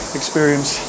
experience